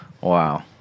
wow